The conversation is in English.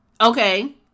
Okay